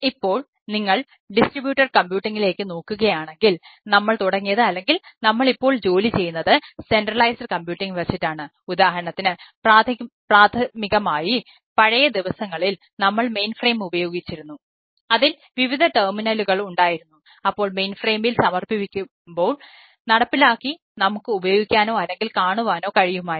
ഇപ്പോൾ നിങ്ങൾ ഡിസ്ട്രിബ്യൂട്ടർ കമ്പ്യൂട്ടിംഗിലേക്ക് സമർപ്പിക്കുമ്പോൾ നടപ്പിലാക്കി നമുക്ക് ഉപയോഗിക്കാനോ അല്ലെങ്കിൽ കാണുവാനോ കഴിയുമായിരുന്നു